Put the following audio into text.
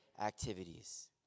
activities